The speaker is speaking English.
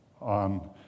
on